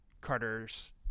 Carter's